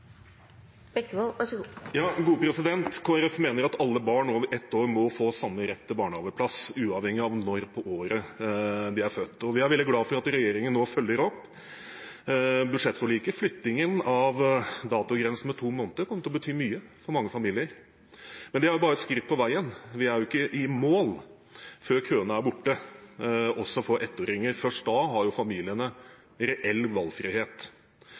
født. Vi er veldig glad for at regjeringen nå følger opp budsjettforliket. Flyttingen av datogrensen med to måneder kommer til å bety mye for mange familier, men det er bare et skritt på veien. Vi er ikke i mål før køene er borte også for ettåringer, først da har familiene reell valgfrihet.